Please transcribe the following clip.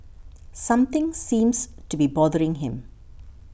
something seems to be bothering him